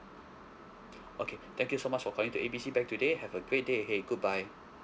okay thank you so much for calling to A B C bank today have a great day ahead goodbye